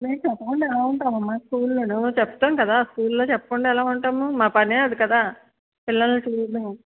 మేము చెప్పకుండా ఎలా ఉంటామమ్మ స్కూల్లోను చెప్తాం కదా స్కూల్లో చెప్పకుండా ఎలా ఉంటాము మా పనే అది కదా పిల్లల్ని చూడ్డం